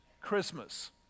Christmas